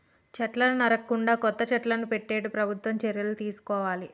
చెట్లను నరకకుండా కొత్త చెట్లను పెట్టేట్టు ప్రభుత్వం చర్యలు తీసుకోవాలి